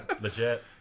legit